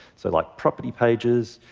so, like, property pages,